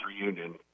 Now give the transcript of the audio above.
reunion